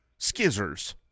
Skizzers